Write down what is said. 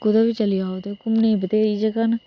कुतै बी चली जाओ तुस घूमने गी बथ्हेरी जगहां न